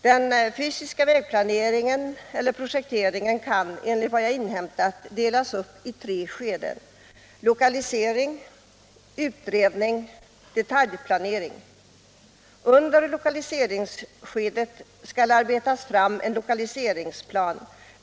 Den fysiska vägplaneringen eller projekteringen kan, enligt vad jag inhämtat, delas in i tre skeden: lokalisering, utredning och detaljplanering. Under lokaliseringsskedet skall arbetas fram en lokaliseringsplan.